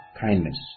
kindness